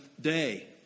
day